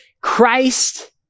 Christ